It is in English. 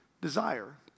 desire